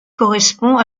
correspond